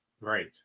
Right